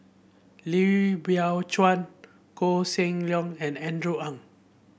Lee Biow Chuan Koh Seng Leong and Andrew Ang